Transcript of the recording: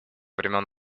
времени